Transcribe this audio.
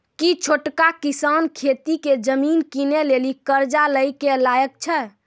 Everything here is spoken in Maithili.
कि छोटका किसान खेती के जमीन किनै लेली कर्जा लै के लायक छै?